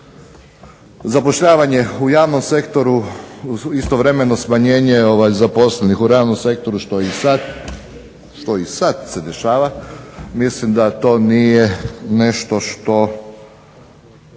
Zapošljavanje u javnom sektoru istovremeno smanjenje zaposlenih u realnom sektoru što je i sada se dešava, mislim da to nije nešto što